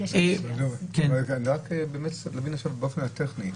--- באופן הטכני,